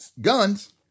Guns